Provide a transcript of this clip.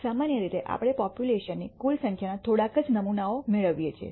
સામાન્ય રીતે આપણે પોપ્યુલેશનની કુલ સંખ્યાના થોડા નમૂનાઓ જ મેળવીએ છીએ